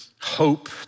hope